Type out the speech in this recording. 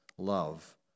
Love